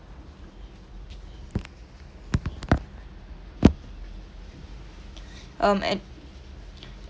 um at